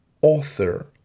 author